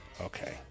Okay